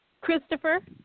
Christopher